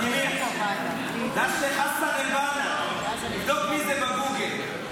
ולדימיר, ד"ש לחסן אל-בנא, תבדוק מי זה בגוגל.